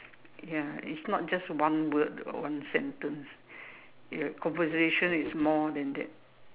ya it's not just one word or one sentence your conversation is more than that